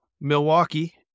milwaukee